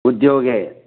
उद्योगे